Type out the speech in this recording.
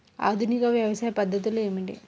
ఆధునిక వ్యవసాయ పద్ధతులు ఏమిటి?